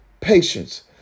patience